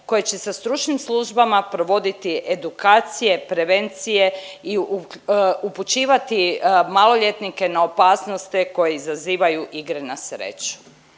koje će sa stručnim službama provoditi edukacije, prevencije i upućivati maloljetnike na opasnosti koje izazivaju igre na sreću.